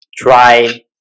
Try